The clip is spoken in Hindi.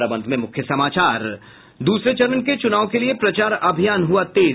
और अब अंत में मुख्य समाचा दूसरे चरण के चुनाव के लिये प्रचार अभियान हुआ तेज